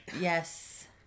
Yes